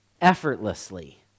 effortlessly